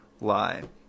lie